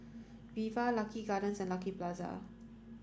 Viva Lucky Gardens and Lucky Plaza